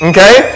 Okay